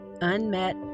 unmet